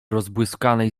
rozbłyskanej